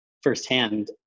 firsthand